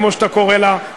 כמו שאתה קורא לה,